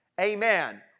amen